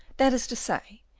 that is to say,